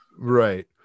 right